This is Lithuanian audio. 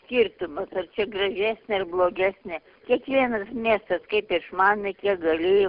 skirtumas ar gražesnė ar blogesnė kiekvienas miestas kaip išmanė kiek galėjo